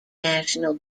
national